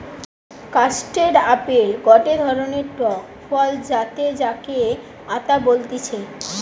custard apple গটে ধরণের টক ফল যাতে যাকে আতা বলতিছে